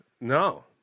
No